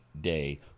day